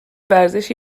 ورزشی